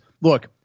look